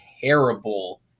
terrible